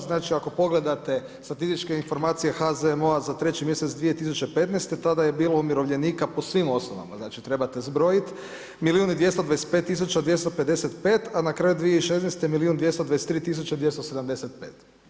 Znači ako pogledate statističke informacije HZMO-a za 3. mjesec 2015. tada je bilo umirovljenika po svim osnovama, znači trebate zbrojiti milijun i 225 tisuće 255 a na kraju 2016. milijun 223 tisuće 275.